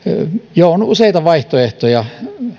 on useita vaihtoehtoja